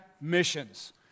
missions